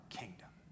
kingdom